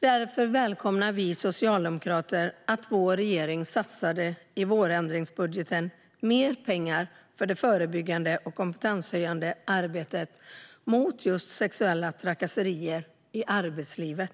Därför välkomnar vi socialdemokrater att vår regering satsade mer pengar i vårändringsbudgeten på det förebyggande och kompetenshöjande arbetet mot sexuella trakasserier i arbetslivet